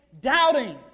doubting